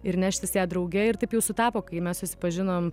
ir neštis ją drauge ir taip jau sutapo kai mes susipažinom